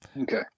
Okay